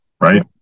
right